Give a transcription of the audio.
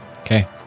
Okay